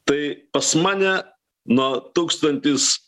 tai pas mane nuo tūkstantis